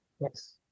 Yes